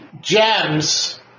gems